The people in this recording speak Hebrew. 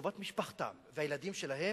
טובת משפחתם והילדים שלהם,